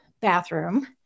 bathroom